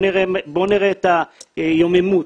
בואו נראה את היוממות,